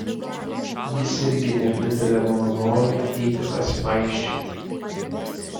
jis irgi nepritarė mano norui eiti pasivaikščioti